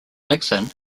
nixon